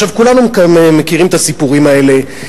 כולנו מכירים את הסיפורים האלה,